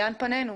לאן פנינו.